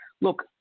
Look